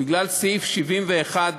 בגלל סעיף 71א(א),